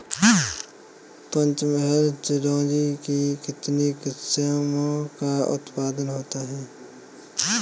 पंचमहल चिरौंजी की कितनी किस्मों का उत्पादन होता है?